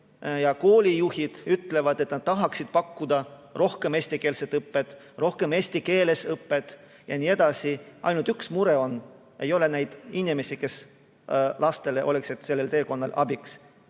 ja koolijuhid ütlevad, et nad tahaksid pakkuda rohkem eestikeelset õpet, rohkem eesti keeles õpet ja nii edasi. Ainult üks mure on: ei ole neid inimesi, kes oleks lastele sellel teekonnal abiks,